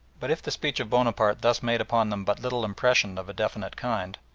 but if the speech of bonaparte thus made upon them but little impression of a definite kind,